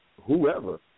whoever